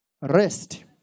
Rest